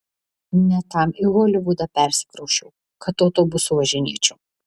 ne tam į holivudą persikrausčiau kad autobusu važinėčiau